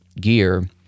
gear